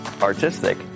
artistic